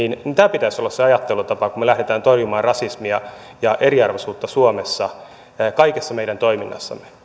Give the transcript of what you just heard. pitäisi olla se ajattelutapa kun me lähdemme torjumaan rasismia ja eriarvoisuutta suomessa kaikessa meidän toiminnassamme